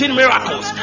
miracles